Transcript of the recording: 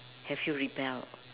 have you rebelled